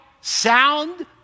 sound